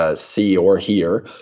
ah see or hear,